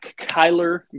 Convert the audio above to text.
Kyler